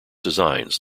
designs